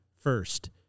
first